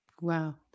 Wow